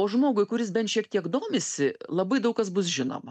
o žmogui kuris bent šiek tiek domisi labai daug kas bus žinoma